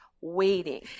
waiting